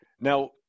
Now